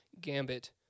gambit